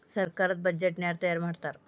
ಸರ್ಕಾರದ್ ಬಡ್ಜೆಟ್ ನ ಯಾರ್ ತಯಾರಿ ಮಾಡ್ತಾರ್?